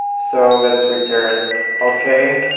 so let's return ok,